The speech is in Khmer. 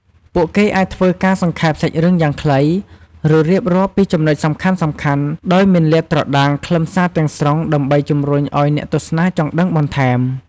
ពួកគេអាចធ្វើការសង្ខេបសាច់រឿងយ៉ាងខ្លី ឬរៀបរាប់ពីចំណុចសំខាន់ៗដោយមិនលាតត្រដាងខ្លឹមសារទាំងស្រុងដើម្បីជំរុញឱ្យអ្នកទស្សនាចង់ដឹងបន្ថែម។